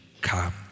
come